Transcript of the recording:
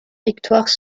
victoires